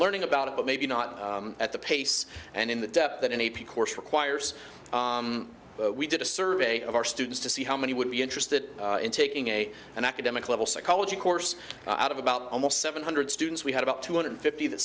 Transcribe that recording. learning about it but maybe not at the pace and in the depth that an a p course requires we did a survey of our students to see how many would be interested in taking a an academic level psychology course out of about almost seven hundred students we had about two hundred fifty that